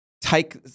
take